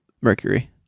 Mercury